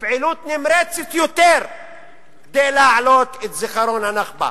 לפעילות נמרצת יותר כדי להעלות את זיכרון ה"נכבה".